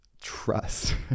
trust